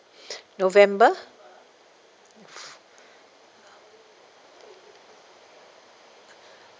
november